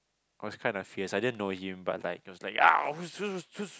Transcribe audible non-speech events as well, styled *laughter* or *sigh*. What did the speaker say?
was kinda fierce I didn't know him but like he was like *noise* who's who's